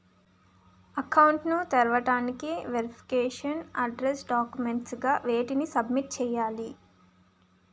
Account ను తెరవటానికి verification address documents గా వేటిని సబ్మిట్ చేయాలి?